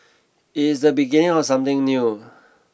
it is the beginning of something new